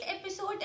episode